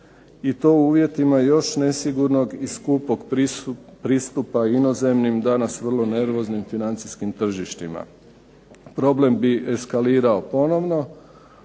i to u uvjetima još nesigurnog i skupog pristupa inozemnim, danas vrlo nervoznim financijskim tržištima. Problem bi eskalirao ponovno